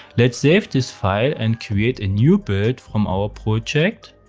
let's save this file and create a new build from our project.